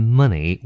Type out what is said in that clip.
money